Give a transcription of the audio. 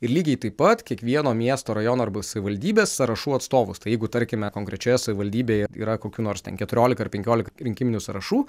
ir lygiai taip pat kiekvieno miesto rajono arba savivaldybės sąrašų atstovus tai jeigu tarkime konkrečioje savivaldybėje yra kokių nors ten keturiolika ar penkiolika rinkiminių sąrašų